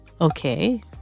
Okay